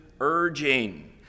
urging